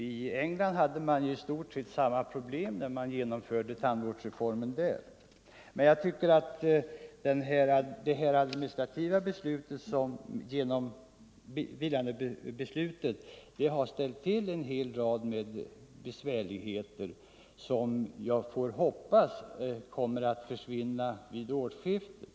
I England hade man i stort sett Om upphävande av sammma problem att brottas med i samband med genomförandet av = etableringsstoppet sin tandvårdsreform. Vilandebeslutet har dock ställt till en rad besvärför tandläkare, ligheter, som jag får hoppas kommer att försvinna vid årsskiftet.